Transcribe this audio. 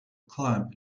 climb